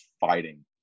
fighting